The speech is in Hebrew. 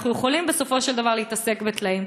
אנחנו יכולים בסופו של דבר להתעסק בטלאים.